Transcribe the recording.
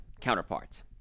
counterparts